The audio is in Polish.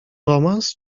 romans